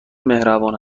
مهربان